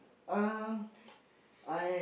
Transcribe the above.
um I